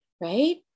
right